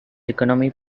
economy